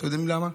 אתם יודעים למה?